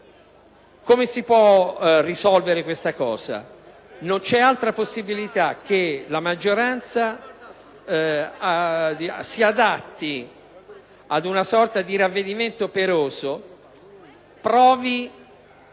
Come si puo risolvere questa situazione? Non c’ealtra possibilita che la maggioranza si adatti ad una sorta di ravvedimento operoso, provi